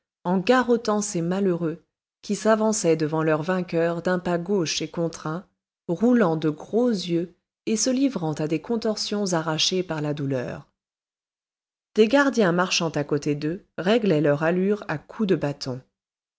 en garrottant ces malheureux qui s'avançaient devant leur vainqueur d'un pas gauche et contraint roulant de gros yeux et se livrant à des contorsions arrachées par la douleur des gardiens marchant à côté d'eux réglaient leur allure à coups de bâton